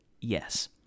Yes